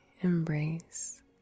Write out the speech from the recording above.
embrace